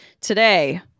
today